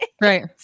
Right